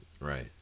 right